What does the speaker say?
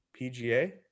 PGA